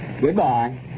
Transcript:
Goodbye